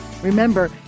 Remember